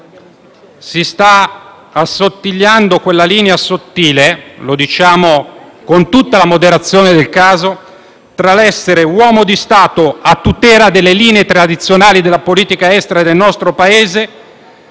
Si sta assottigliando quella linea sottile - lo diciamo con tutta la moderazione del caso - tra l'essere uomo di Stato a tutela delle linee tradizionali della politica estera del nostro Paese